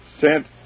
sent